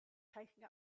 taking